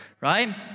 right